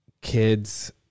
kids